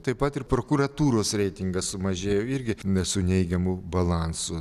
taip pat ir prokuratūros reitingas sumažėjo irgi ne su neigiamu balansu